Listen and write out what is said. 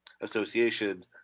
association